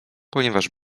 ponieważ